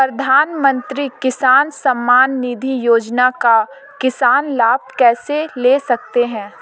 प्रधानमंत्री किसान सम्मान निधि योजना का किसान लाभ कैसे ले सकते हैं?